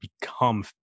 become